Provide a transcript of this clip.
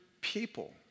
people